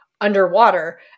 underwater